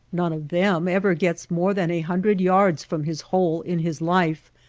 none of them ever gets more than a hun dred yards from his hole in his life,